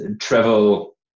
travel